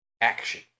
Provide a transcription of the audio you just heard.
action